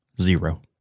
Zero